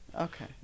Okay